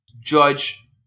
judge